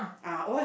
ah oh yeah